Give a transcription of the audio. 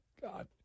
God